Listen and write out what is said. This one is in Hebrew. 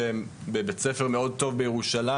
שהם בבית ספר מאוד טוב בירושלים,